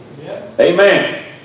amen